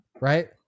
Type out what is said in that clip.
Right